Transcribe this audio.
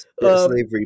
slavery